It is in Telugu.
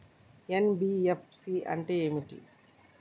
ఎన్.బి.ఎఫ్.సి అంటే ఏమిటి?